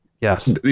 yes